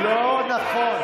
לא נכון.